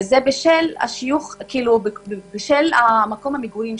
וזה בשל מקום מגוריהם.